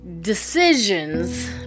decisions